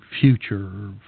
future